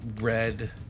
red